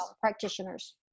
practitioners